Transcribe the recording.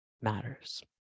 matters